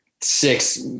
six